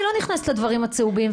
אני לא נכנסת לדברים הצהובים,